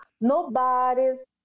Nobody's